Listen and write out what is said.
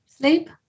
Sleep